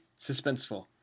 suspenseful